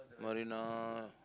Marina